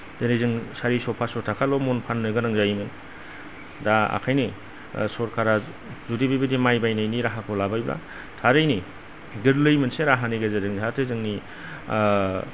जेरै जों सारिस' पास्स' ताखाल' मन फान्नो गोनां जायोमोन दा बेनिखायनो सरखारा जुदि बेबादि माइ बायनायनि राहाखौ लाबायबा थारैनो गोर्लै मोनसे राहानि गेजेरजों जाहाथे जोंनि